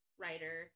writer